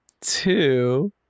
two